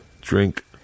drink